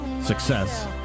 success